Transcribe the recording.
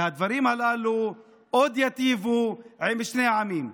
והדברים הללו עוד ייטיבו עם שני העמים.